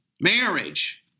marriage